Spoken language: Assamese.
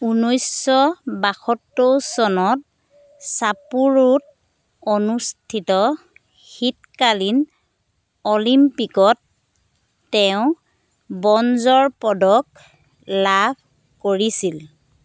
ঊনৈছশ বাসত্তৰ চনত ছাপোৰোত অনুষ্ঠিত শীতকালীন অলিম্পিকত তেওঁ ব্ৰঞ্জৰ পদক লাভ কৰিছিল